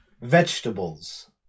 vegetables